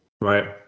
Right